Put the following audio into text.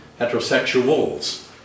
heterosexuals